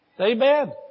Amen